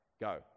go